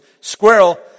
squirrel